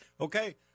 Okay